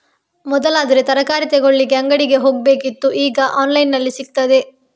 ಮೊದಲಾದ್ರೆ ತರಕಾರಿ ತಗೊಳ್ಳಿಕ್ಕೆ ಅಂಗಡಿಗೆ ಹೋಗ್ಬೇಕಿತ್ತು ಈಗ ಆನ್ಲೈನಿನಲ್ಲಿ ಸಿಗ್ತದೆ